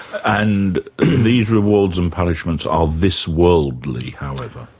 and these rewards and punishments are this-worldly, however.